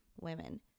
women